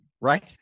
right